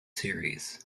series